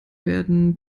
werden